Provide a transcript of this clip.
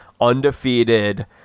undefeated